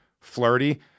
flirty